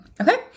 okay